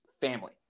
family